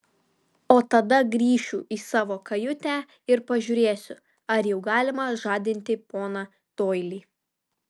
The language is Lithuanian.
o tada grįšiu į savo kajutę ir pažiūrėsiu ar jau galima žadinti poną doilį